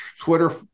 Twitter